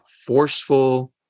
forceful